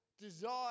desire